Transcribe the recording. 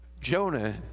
Jonah